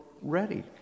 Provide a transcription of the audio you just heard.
ready